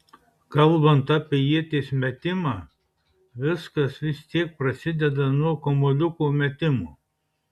kalbant apie ieties metimą viskas vis tiek prasideda nuo kamuoliuko metimo